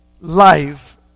life